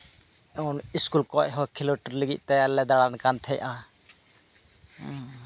ᱡᱮᱢᱚᱱ ᱤᱥᱠᱩᱞ ᱠᱷᱚᱱ ᱦᱚᱸ ᱠᱷᱮᱞᱳᱰ ᱞᱟᱹᱜᱤᱫ ᱛᱮ ᱟᱞᱮᱞᱮ ᱫᱟᱸᱲᱟᱱ ᱠᱟᱱ ᱛᱟᱦᱮᱸᱫᱼᱟ